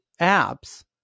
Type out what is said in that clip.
apps